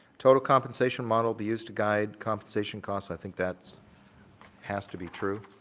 total compensation model be used to guide compensation cost, i think that has to be true.